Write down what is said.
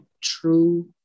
true